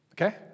okay